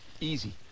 Easy